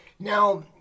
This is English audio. Now